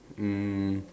mm